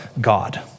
God